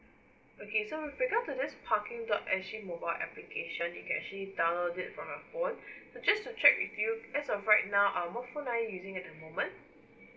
okay so with regards to this parking dot S G mobile application you can actually download it from your phone so just to check with you as of right now uh what phone are you using at the moment